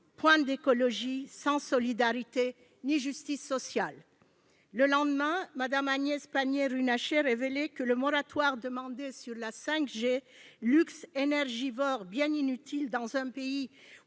point d'écologie sans solidarité ni justice sociale ! Le lendemain, Agnès Pannier-Runacher révélait que le moratoire demandé sur la 5G, luxe énergivore bien inutile dans un pays